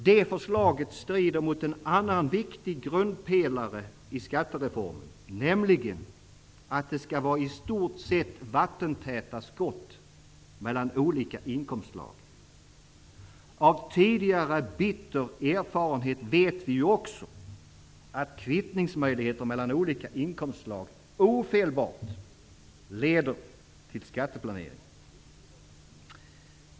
Det förslaget strider mot en annan viktig grundpelare i skattereformen, nämligen att det i stort sett skall vara vattentäta skott mellan olika inkomstslag. Av tidigare bitter erfarenhet vet vi också att kvittningsmöjligheter mellan olika inkomstslag ofelbart leder till skatteplanering.